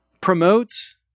promotes